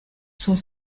sont